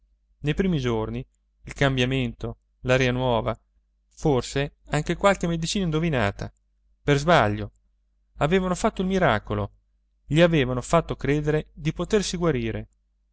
nei primi giorni il cambiamento l'aria nuova forse anche qualche medicina indovinata per sbaglio avevano fatto il miracolo gli avevano fatto credere di potersi guarire